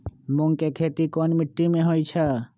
मूँग के खेती कौन मीटी मे होईछ?